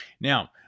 now